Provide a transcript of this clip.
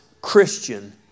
Christian